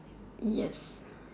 yes